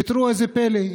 ותראו איזה פלא,